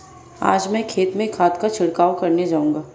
आज मैं खेत में खाद का छिड़काव करने जाऊंगा